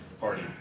party